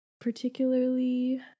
particularly